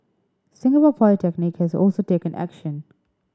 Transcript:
Singapore Polytechnic has also taken action